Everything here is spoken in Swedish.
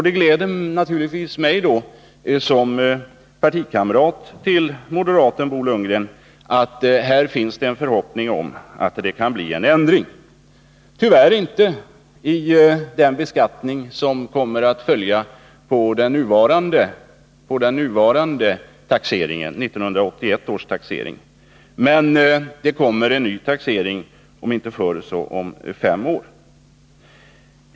Det gläder naturligtvis mig, som partikamrat till moderaten Bo Lundgren, att det här finns en förhoppning om att det kan bli en ändring. Men tyvärr inte i den beskattning som kommer att följa på den nuvarande taxeringen, 1981 års taxering, men det kommer en ny taxering, om inte förr så om fem år.